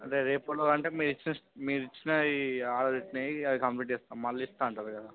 అంటే రేపటిలోగా అంటే మీరు ఇచ్చి మీరు ఇచ్చినవి ఆరోజు ఇచ్చినవి ఇక అది కంప్లీట్ చేస్తాను మళ్ళీ ఇస్తాను అంటారు కదా